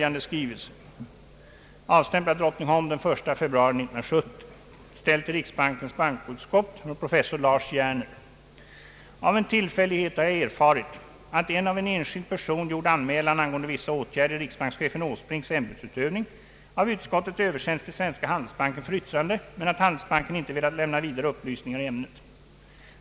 ”Av en tillfällighet har jag erfarit att en av en enskild person gjord anmälan angående vissa åtgärder i riksbankschefen Åsbrinks ämbetsutövning av utskottet översänts till Svenska Handelsbanken för yttrande men att Handelsbanken inte velat lämna vidare upplysningar i ämnet.